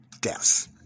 deaths